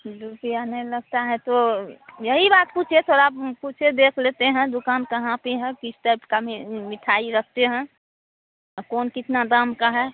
रुपया नहीं लगता है तो यही बात पूछे थोड़ा पूछे देख लेते हैं दुकान कहाँ पर है किस टाइप की मिठाई रखते हैं और कौन कितने दाम का है